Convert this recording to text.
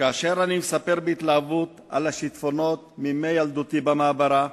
שכאשר אני מספר בהתלהבות על השיטפונות מימי ילדותי במעברה,